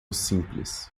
simples